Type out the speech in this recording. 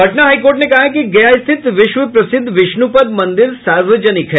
Patna high court ने कहा है कि गया स्थित विश्व प्रसिद्ध विष्णुपद मंदिर सार्वजनिक है